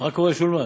מה קורה, שולמן?